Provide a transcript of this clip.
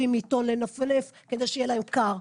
עם עיתון לנופף כדי שיהיה להם קר.